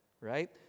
right